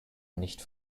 nicht